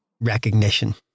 Recognition